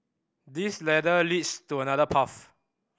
this ladder leads to another path